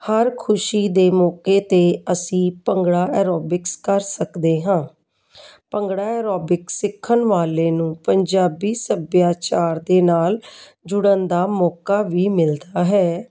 ਹਰ ਖੁਸ਼ੀ ਦੇ ਮੌਕੇ 'ਤੇ ਅਸੀਂ ਭੰਗੜਾ ਐਰੋਬਿਕਸ ਕਰ ਸਕਦੇ ਹਾਂ ਭੰਗੜਾ ਐਰੋਬਿਕਸ ਸਿੱਖਣ ਵਾਲੇ ਨੂੰ ਪੰਜਾਬੀ ਸੱਭਿਆਚਾਰ ਦੇ ਨਾਲ ਜੁੜਨ ਦਾ ਮੌਕਾ ਵੀ ਮਿਲਦਾ ਹੈ